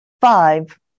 five